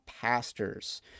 pastors